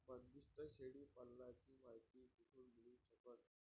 बंदीस्त शेळी पालनाची मायती कुठून मिळू सकन?